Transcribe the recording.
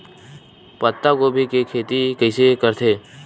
पत्तागोभी के खेती कइसे करथे?